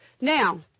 Now